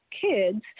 kids